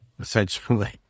Essentially